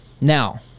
Now